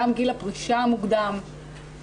גם גיל הפרישה המוקדם,